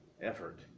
effort